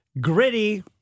Gritty